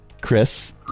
Chris